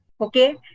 Okay